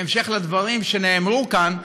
בהמשך לדברים שנאמרו כאן,